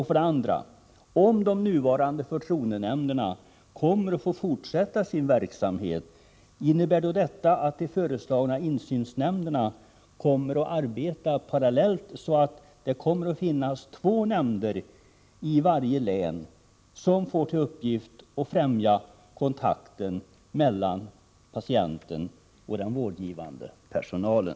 För det andra: Om de nuvarande förtroendenämnderna kommer att få fortsätta sin verksamhet, innebär detta att de föreslagna insynsnämnderna skall arbeta parallellt, så att det kommer att finnas två nämnder i varje län som får till uppgift att ffrämja kontakten mellan patienten och den vårdgivande personalen?